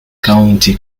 county